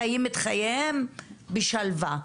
חיים את חייהם בשלווה.